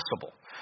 possible